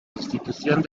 institución